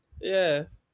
yes